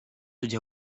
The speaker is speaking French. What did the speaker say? d’y